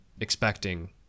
expecting